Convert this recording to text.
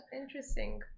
interesting